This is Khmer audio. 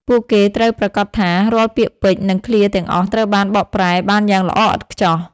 ពួកគេត្រូវប្រាកដថា រាល់ពាក្យពេចន៍ និងឃ្លាទាំងអស់ត្រូវបានបកប្រែបានយ៉ាងល្អឥតខ្ចោះ។